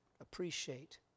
appreciate